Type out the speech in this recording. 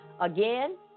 Again